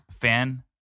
Fan-